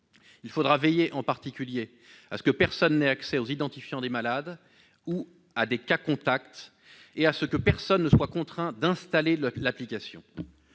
Il faudra veiller en particulier à ce que personne n'ait accès aux identifiants des malades ou à des cas contacts, et à ce que personne ne soit contraint d'installer l'application.